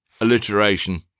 Alliteration